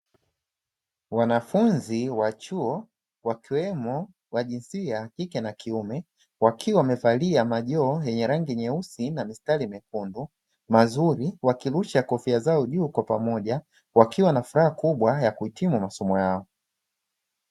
Wanafunzi wa chuo wakiwemo kwa jinsia ya kike na kiume, wakiwa wamevalia majoho ya rangi nyeusi na mistari myekundu mazuri, wakirusha kofia zao juu kwa pamoja wakiwa wanafuraha kubwa ya kuhitimu masomo yao.